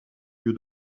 lieu